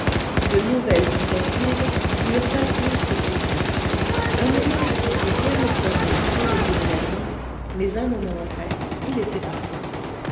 de nouvelles tentatives n'eurent pas plus de succès un moment je sentais bien le poids du maquereau au bout de ma ligne mais un moment après il était parti